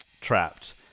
trapped